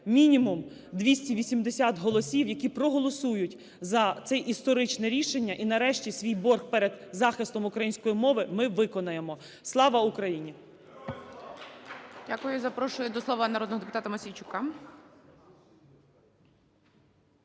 мінімум 280 голосів, які проголосують за це історичне рішення – і нарешті свій борг перед захистом української мови ми виконаємо. Слава Україні!